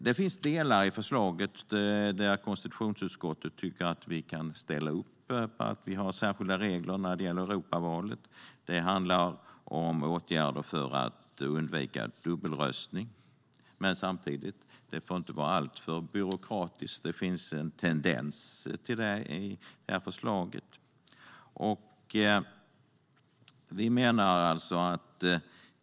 Det finns delar i förslaget där konstitutionsutskottet tycker att vi kan ställa upp på att det finns särskilda regler när det gäller Europavalet. Det handlar om åtgärder för att undvika dubbelröstning. Samtidigt får valet inte vara alltför byråkratiskt. Det finns en tendens till det i förslaget.